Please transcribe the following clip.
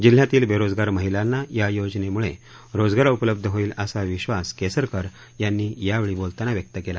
जिल्ह्यातील बेरोजगार महिलांना या योजनेमुळे रोजगार उपलब्ध होईल असा विश्वास केसरकर यांनी यावेळी बोलताना व्यक्त केला